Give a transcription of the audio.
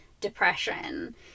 depression